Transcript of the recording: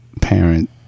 Parent